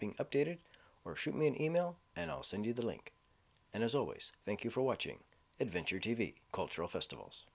being updated or shoot me an email and i'll send you the link and as always thank you for watching adventure t v cultural festivals